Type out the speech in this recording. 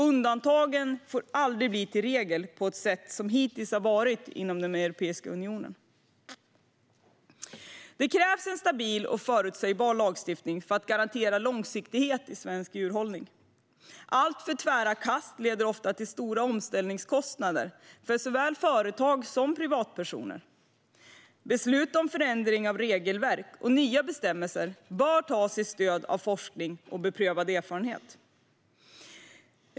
Undantagen får aldrig bli regel på det sätt som det hittills varit inom Europeiska unionen. Det krävs en stabil och förutsägbar lagstiftning för att garantera långsiktighet i svensk djurhållning. Alltför tvära kast leder ofta till stora omställningskostnader för såväl företag som privatpersoner. Beslut om förändring av regelverk och nya bestämmelser bör tas med stöd av forskning och beprövad erfarenhet.